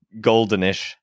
goldenish